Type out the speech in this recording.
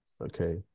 Okay